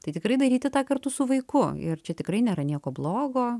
tai tikrai daryti tą kartu su vaiku ir čia tikrai nėra nieko blogo